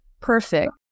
perfect